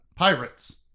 Pirates